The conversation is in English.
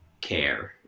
care